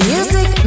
Music